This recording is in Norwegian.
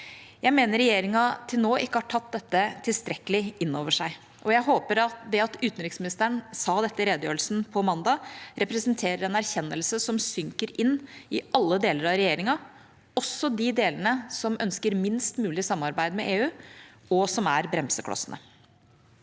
Jeg mener regjeringa til nå ikke har tatt dette tilstrekkelig inn over seg, og jeg håper at det at utenriksministeren sa dette i redegjørelsen på tirsdag, representerer en erkjennelse som synker inn i alle deler av regjeringa, også de delene som ønsker minst mulig samarbeid med EU, og som er bremseklossene.